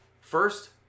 first